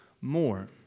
more